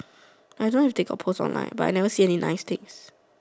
I don't know if they got post online but I never see until any nice things